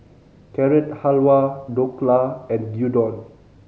Carrot Halwa Dhokla and Gyudon